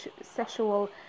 sexual